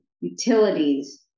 utilities